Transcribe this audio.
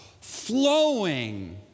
Flowing